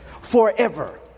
forever